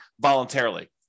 voluntarily